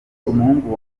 umuhungu